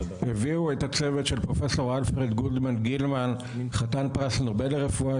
הביאו את הצוות של פרופ' אלפרד גודמן גילמן חתן פרס נובל לרפואה,